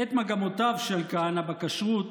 את מגמותיו של כהנא בכשרות